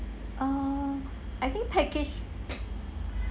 err I think package